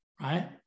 right